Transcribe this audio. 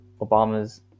Obama's